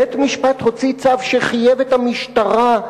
בית-המשפט הוציא צו שחייב את המשטרה,